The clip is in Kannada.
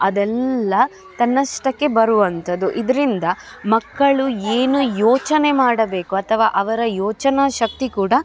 ಅದೆಲ್ಲ ತನ್ನಷ್ಟಕ್ಕೆ ಬರುವಂತದ್ದು ಇದರಿಂದ ಮಕ್ಕಳು ಏನು ಯೋಚನೆ ಮಾಡಬೇಕು ಅಥವಾ ಅವರ ಯೋಚನಾ ಶಕ್ತಿ ಕೂಡ